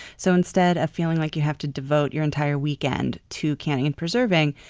so instead of feeling like you have to devote your entire weekend to canning and preserving,